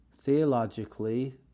Theologically